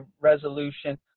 resolution